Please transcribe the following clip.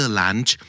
lunch